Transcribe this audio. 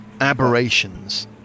aberrations